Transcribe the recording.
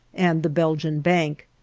and the belgian bank.